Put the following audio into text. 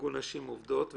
מארגון נשים עובדות.